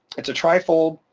it's a tri fold,